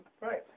Right